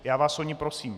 Já vás o ni prosím!